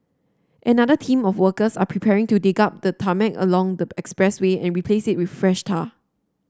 another team of workers are preparing to dig up the tarmac along the expressway and replace it with fresh tar